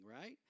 right